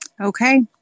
Okay